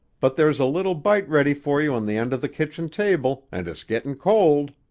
but there's a little bite ready for you on the end of the kitchen-table, and it's getting cold.